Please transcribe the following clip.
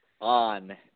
on